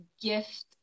gift